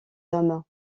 hommes